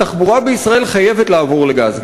התחבורה בישראל חייבת לעבור לגז,